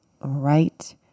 right